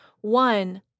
One